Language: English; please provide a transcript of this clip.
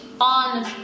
on